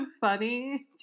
funny